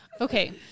Okay